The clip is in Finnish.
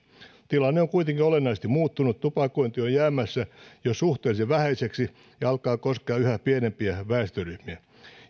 tilanne on kuitenkin olennaisesti muuttunut tupakointi on jäämässä jo jo suhteellisen vähäiseksi ja alkaa koskea yhä pienempiä väestöryhmiä